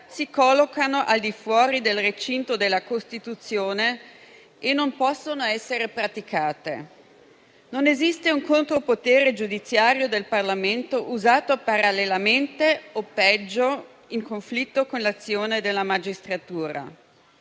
si collocano al di fuori del recinto della Costituzione e non possono essere praticate. Non esiste un contropotere giudiziario del Parlamento usato parallelamente o, peggio, in conflitto con l'azione della magistratura.